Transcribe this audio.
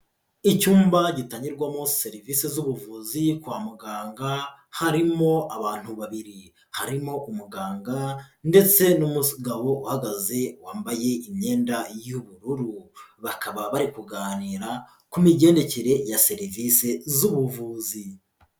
Icyumba gitangirwarwamo serivise z'ubuvuzi kwa muganga, harimo abantu babiri. Harimo umuganga ndetse n'umugabo uhagaze wambaye imyenda y'ubururu. Bakaba bari kuganira ku migendekere ya serivise z'ubuvuzi.